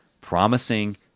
promising